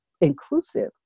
inclusive